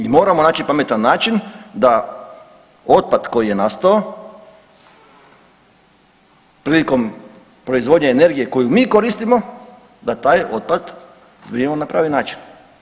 I moramo naći pametan način da otpad koji je nastao prilikom proizvodnje energije koju mi koristimo, da taj otpad zbrinemo na pravi način.